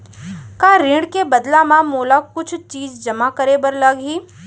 का ऋण के बदला म मोला कुछ चीज जेमा करे बर लागही?